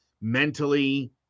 mentally